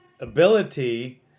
ability